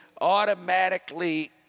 automatically